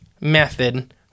method